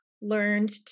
learned